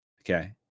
Okay